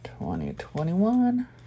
2021